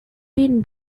been